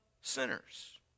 sinners